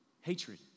hatred